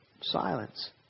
Silence